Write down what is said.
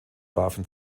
warfen